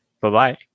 Bye-bye